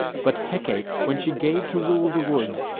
but hecate, when she gave to rule the woods,